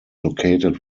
located